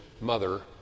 mother